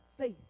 faith